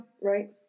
Right